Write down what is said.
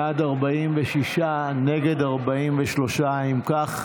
בעד, 46, נגד, 43. אם כך,